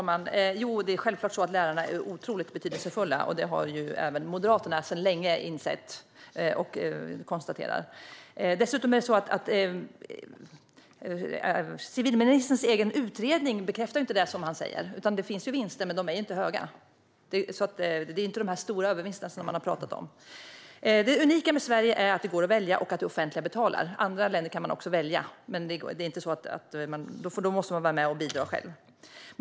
Herr talman! Självfallet är lärarna otroligt betydelsefulla, och detta har även Moderaterna sedan länge insett och konstaterat. Civilministerns egen utredning bekräftar inte det som han säger. Det finns vinster, men de är inte höga. Det är inte de stora övervinster som man har pratat om. Det unika med Sverige är att det går att välja och att det offentliga betalar. I andra länder kan man också välja, men då måste man vara med och bidra själv.